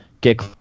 get